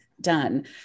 done